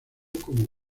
como